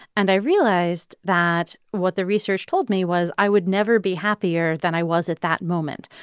and i realized that what the research told me was i would never be happier than i was at that moment,